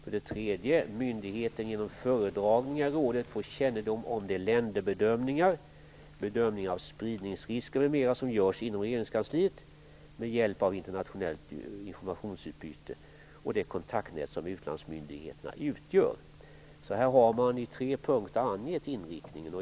För det tredje får myndigheten genom föredragningar kännedom om de länderbedömningar, bedömningar av spridningsrisker m.m. som görs inom regeringskansliet med hjälp av internationellt informationsutbyte och det kontaktnät som utlandsmyndigheterna utgör. Man har alltså i tre punkter angett inriktningen.